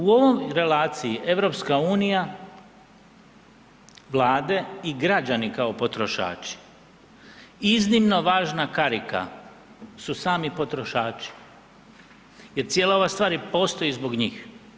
U ovoj relaciji EU, vlade i građani kao potrošači iznimno važna karika su sami potrošači jer cijela ova stvar i postoji zbog njih.